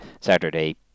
saturday